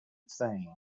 thing